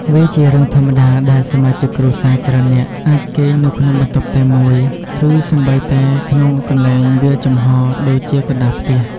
វាជារឿងធម្មតាដែលសមាជិកគ្រួសារច្រើននាក់ អាចគេងនៅក្នុងបន្ទប់តែមួយ ឬសូម្បីតែក្នុងកន្លែងវាលចំហរដូចជាកណ្ដាលផ្ទះ។